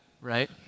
right